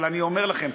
אבל אני אומר לכם,